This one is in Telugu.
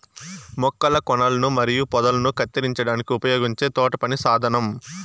మొక్కల కొనలను మరియు పొదలను కత్తిరించడానికి ఉపయోగించే తోటపని సాధనం